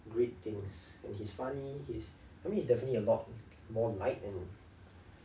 great things and he's funny he's I mean he's definitely a lot more liked and